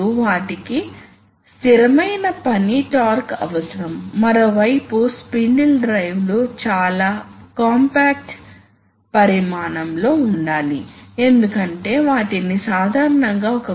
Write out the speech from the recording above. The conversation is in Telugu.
ఆల్ ఎలక్ట్రిక్ సిస్టమ్ ను ఉపయోగించి వాటిని నడపవచ్చు అయితే హైడ్రాలిక్ లో ఇది ఆయిల్ తో పాటు వస్తుంది కాబట్టి లూబ్రికేషన్ అవసరం